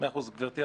גברתי,